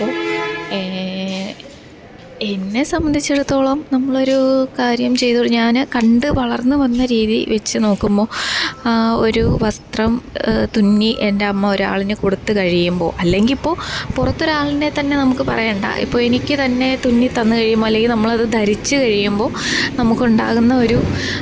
അപ്പോൾ എന്നെ സംബന്ധിച്ചെടുത്തോളം നമ്മളൊരു കാര്യം ചെയ്ത് കഴിഞ്ഞ് ഞാൻ കണ്ട് വളര്ന്ന് വന്ന രീതി വെച്ച് നോക്കുമ്പം ഒരു വസ്ത്രം തുന്നി എന്റെ അമ്മ ഒരാളിനെ കൊടുത്ത് കഴിയുമ്പോൾ അല്ലെങ്കിലിപ്പോൾ പുറത്തൊരാളിനെ തന്നെ നമുക്ക് പറയണ്ട ഇപ്പം എനിക്ക് തന്നെ തുന്നി തന്ന് കഴിയുമ്പം അല്ലെങ്കില് നമ്മളത് ധരിച്ച് കഴിയുമ്പം നമുക്കുണ്ടാകുന്ന ഒരു